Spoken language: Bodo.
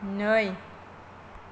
नै